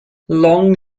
long